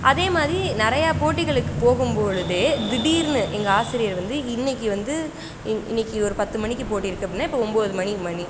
அதேமாதிரி நிறையா போட்டிகளுக்கு போகும்பொழுதே திடீர்ன்னு எங்கள் ஆசிரியர் வந்து இன்றைக்கி வந்து இன் இன்றைக்கி ஒரு பத்து மணிக்கு போட்டி இருக்குது அப்படின்னா இப்போ ஒன்போது மணி மணி